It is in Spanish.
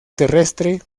terrestre